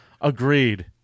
Agreed